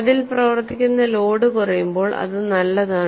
അതിൽ പ്രവർത്തിക്കുന്ന ലോഡ് കുറയുമ്പോൾ അത് നല്ലതാണ്